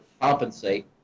compensate